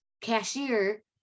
cashier